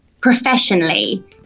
professionally